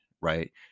right